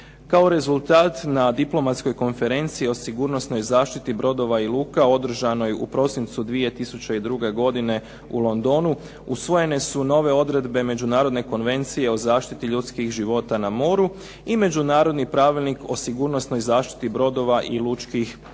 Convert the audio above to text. Kao rezultat na diplomatskoj konferenciji o sigurnosnoj zaštiti brodova i luka održanoj u prosincu 2002. godine u Londonu usvojene su nove odredbe Međunarodne konvencije o zaštiti ljudskih života na moru i Međunarodni pravilnik o sigurnosnoj zaštiti brodova i lučkih područja